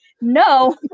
no